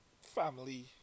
Family